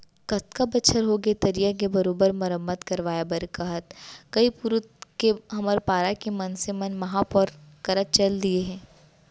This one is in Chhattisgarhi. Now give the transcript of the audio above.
कतका बछर होगे तरिया के बरोबर मरम्मत करवाय बर कहत कई पुरूत के हमर पारा के मनसे मन महापौर करा चल दिये हें